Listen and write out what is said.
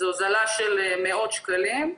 זאת הוזלה של מאות שקלים.